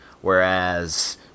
whereas